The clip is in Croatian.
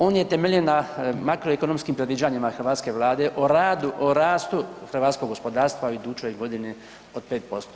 On je temeljen na makroekonomskim predviđanjima hrvatske Vlade, o radu, o rastu hrvatskog gospodarstva u idućoj godini od 5%